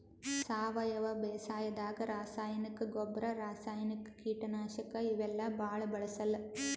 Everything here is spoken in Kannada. ಸಾವಯವ ಬೇಸಾಯಾದಾಗ ರಾಸಾಯನಿಕ್ ಗೊಬ್ಬರ್, ರಾಸಾಯನಿಕ್ ಕೀಟನಾಶಕ್ ಇವೆಲ್ಲಾ ಭಾಳ್ ಬಳ್ಸಲ್ಲ್